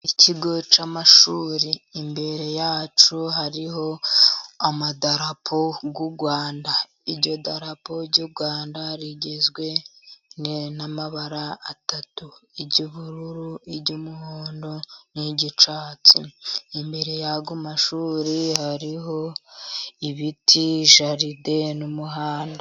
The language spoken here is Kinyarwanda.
Ikigo cy'amashuri imbere yacyo hariho amadarapo y'u Rwanda, iryo darapo ry'u Rwanda rigizwe n'amabara atatu: iry' ubururu, iry' umuhondo, n' iry'icyatsi, imbere yayo mashuri hariho ibiti, jaride n' umuhanda.